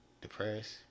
depressed